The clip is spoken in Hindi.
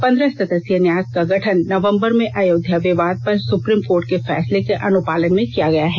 पंद्रह सदस्यीय न्यास का गठन नवंबर में अयोध्या विवाद पर सुप्रीम कोर्ट के फैसले के अनुपालन में किया गया है